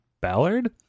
ballard